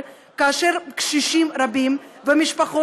זה שאנחנו מסתכלים על החברות המשכנות,